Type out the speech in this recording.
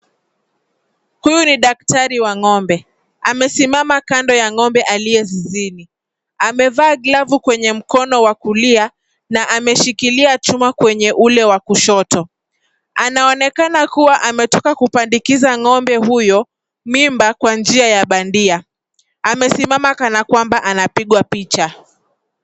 Huyu ni daktari wa ng'ombe. Amesimama kando ya ng'ombe aliye zizini. Amevaa glavu kwenye mkono wa kulia na ameshikilia chuma kwenye ule wa kushoto. Anaonekana kuwa ametoka kupandikiza ng'ombe huyo mimba kwa njia ya bandia. Amesimama kana kwamba anapigwa picha.